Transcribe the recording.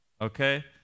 okay